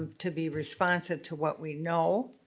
to be responsive to what we know.